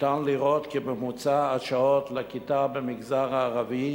ניתן לראות כי ממוצע השעות לכיתה במגזר הערבי